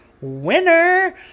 winner